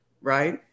right